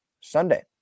Sunday